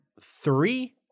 Three